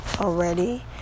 already